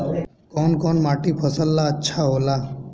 कौन कौनमाटी फसल ला अच्छा होला?